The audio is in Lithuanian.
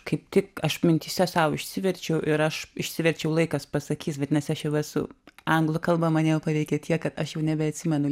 kaip tik aš mintyse sau išsiverčiau ir aš išsiverčiau laikas pasakys vadinasi aš jau esu anglų kalba mane jau paveikė tiek kad aš jau nebeatsimenu